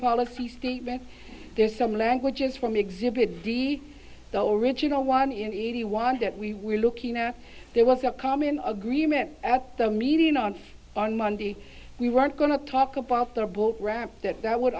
policy statements there's some languages from exhibit big doll original one in eighty was that we were looking at there was a common agreement at the meeting on on monday we weren't going to talk about the boat ramp that that would